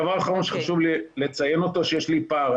דבר אחרון שחשוב לי לציין אותו, שיש לי פער.